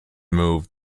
moved